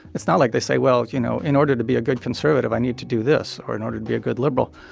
it's not like they say, well, you know, in order to be a good conservative, i need to do this or in order to be a good liberal.